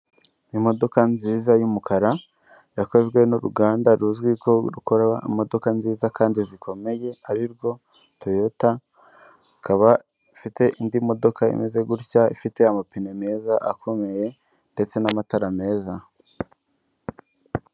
Imodoka nziza y'umukara yakozwe n'uruganda ruzwi ko rukora imodoka nziza kandi zikomeye, ari rwo Toyota akaba ifite indi modoka imeze gutya ifite amapine meza akomeye ndetse n'amatara meza.